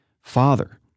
Father